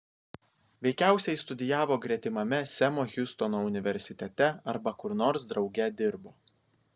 veikiausiai studijavo gretimame semo hiustono universitete arba kur nors drauge dirbo